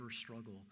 struggle